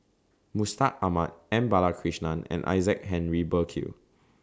Mustaq Ahmad M Balakrishnan and Isaac Henry Burkill